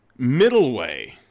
Middleway